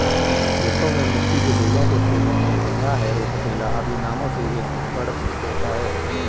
खेतों में मिट्टी के ढेलों को तोड़ने मे हेंगा, हैरो, पटेला आदि नामों से एक उपकरण प्रयुक्त होता है